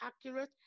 accurate